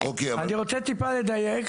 אני רוצה טיפה לדייק,